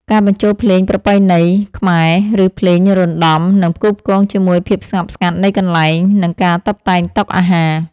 ការបញ្ចូលភ្លេងប្រពៃណីខ្មែរ ឬភ្លេងរណ្ដំនឹងផ្គូផ្គងជាមួយភាពស្ងប់ស្ងាត់នៃកន្លែង និងការតុបតែងតុអាហារ។